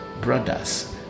brothers